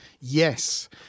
Yes